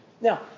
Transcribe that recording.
Now